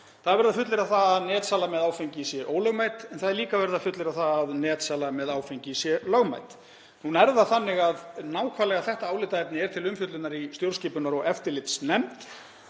Það er verið að fullyrða að netsala með áfengi sé ólögmæt en það er líka verið að fullyrða að netsala með áfengi sé lögmæt. Hún er það þannig að nákvæmlega þetta álitaefni er til umfjöllunar í stjórnskipunar- og eftirlitsnefnd.